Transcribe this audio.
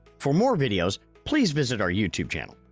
for more videos, please visit our youtube channel.